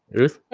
ruth?